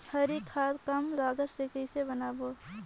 हरी खाद कम लागत मे कइसे बनाबो?